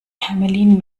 hermelin